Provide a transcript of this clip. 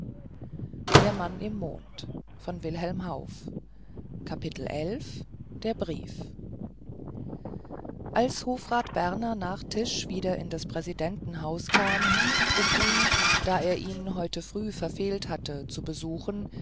der brief als hofrat berner nach tisch wieder in des präsidenten haus kam um ihn da er ihn heute früh verfehlt hatte zu besuchen